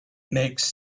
makes